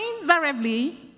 invariably